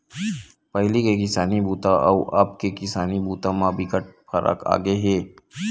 पहिली के किसानी बूता अउ अब के किसानी बूता म बिकट फरक आगे हे